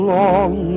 long